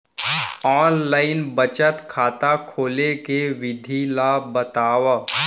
Online बचत खाता खोले के विधि ला बतावव?